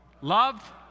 Love